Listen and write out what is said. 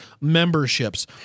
memberships